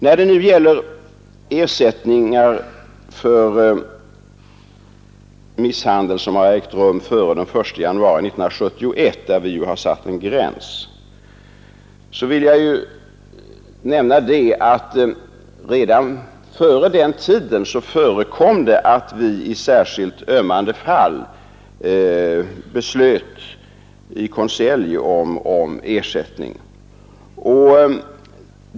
När det gäller ersättningar för misshandel som har ägt rum före den 1 januari 1971, där vi har satt en gräns, vill jag nämna att det redan före den tiden förekom att vi i särskilt ömmande fall i konselj beslöt om ersättning.